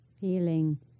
Feeling